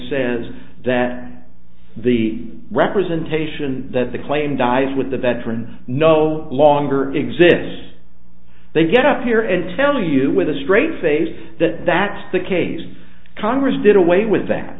says that the representation that the claim dies with the veteran no longer exists they get up here and tell you with a straight face that that's the case congress did away with